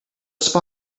spy